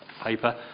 paper